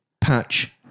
patch